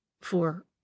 For